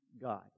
God